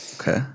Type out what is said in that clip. Okay